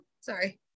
Sorry